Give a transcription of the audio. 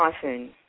Typhoon